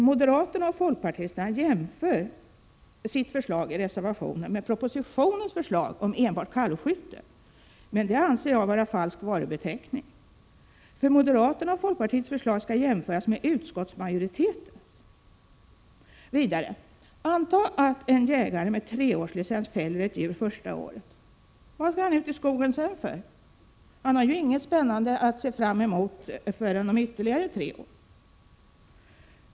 Moderaterna och folkpartisterna jämför sitt förslag i reservationen med propositionens förslag om enbart kalvskytte, men det anser jag vara falsk varubeteckning, för moderaternas och folkpartiets förslag skall jämföras med utskottsmajoritetens. Vidare: Anta att en jägare med treårslicens fäller ett djur första året. Vad skall han sedan gå ut i skogen för? Han har ju inget spännande att se fram emot förrän om ytterligare tre år.